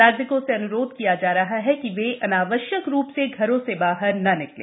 नागरिकों से अन्रोध किया जा रहा है कि वे अनावश्यक रूप से घर से बाहर नहीं निकले